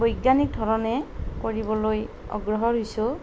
বৈজ্ঞানিক ধৰণে কৰিবলৈ অগ্ৰসৰ হৈছোঁ